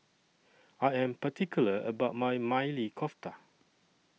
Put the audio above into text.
I Am particular about My Maili Kofta